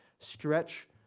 stretch